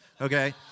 Okay